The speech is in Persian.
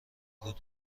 بود